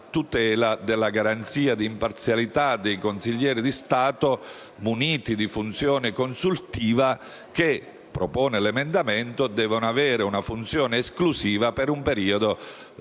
tutela della garanzia di imparzialità dei consiglieri di Stato muniti di funzione consultiva che - come propone l'emendamento - devono avere una funzione esclusiva per un periodo